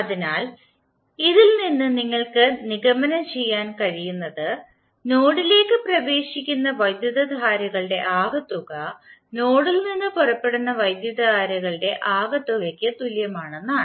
അതിനാൽ ഇതിൽ നിന്ന് നിങ്ങൾക്ക് നിഗമനം ചെയ്യാൻ കഴിയുന്നത് നോഡിലേക്ക് പ്രവേശിക്കുന്ന വൈദ്യുതധാരകളുടെ ആകെത്തുക നോഡിൽ നിന്ന് പുറപ്പെടുന്ന വൈദ്യുതധാരകളുടെ ആകെത്തുകയ്ക്ക് തുല്യമാണ്